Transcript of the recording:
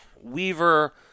Weaver